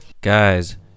Guys